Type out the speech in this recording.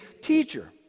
Teacher